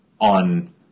on